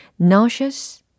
nauseous